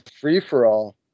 free-for-all